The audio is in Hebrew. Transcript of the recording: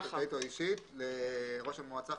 פוליטית, כלכלית או אישית לראש המועצה,